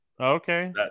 okay